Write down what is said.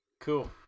cool